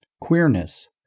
Queerness